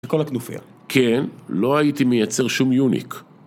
זה כל הכנופייה. כן, לא הייתי מייצר שום יוניק.